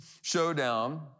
showdown